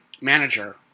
manager